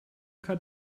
cut